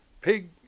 Pig